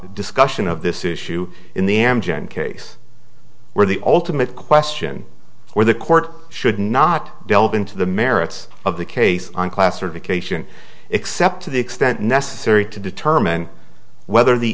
discussion of this issue in the amgen case where the ultimate question for the court should not delve into the merits of the case on classification except to the extent necessary to determine whether the